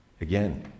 again